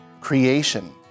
creation